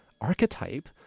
archetype